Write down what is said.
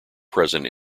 present